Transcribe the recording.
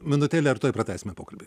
minutėlę ir tuoj pratęsime pokalbį